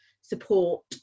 support